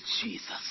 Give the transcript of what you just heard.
Jesus